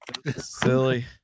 Silly